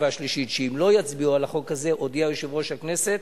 אשר נקבעו בהתחשב בסוג העסק.